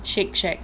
shake shack